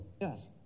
Yes